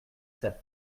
cette